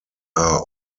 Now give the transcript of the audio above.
are